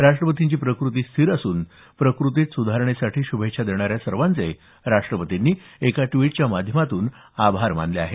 राष्ट्रपतींची प्रकृती स्थिर असून प्रकृतीत सुधारणेसाठी शुभेच्छा देणाऱ्या सर्वांचे राष्ट्रपतींनी एका ट्विटच्या माध्यमातून आभार मानले आहेत